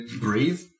breathe